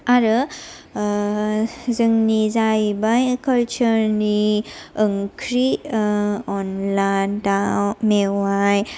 आरो जोंनि जायैबाय कालचारनि ओंख्रि अनला दाव मेवाय